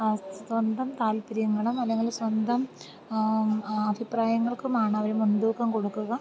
സ്വന്തം താല്പര്യങ്ങളും അല്ലെങ്കിൽ സ്വന്തം അഭിപ്രായങ്ങൾക്കും ആണവർ മുൻതൂക്കം കൊടുക്കുക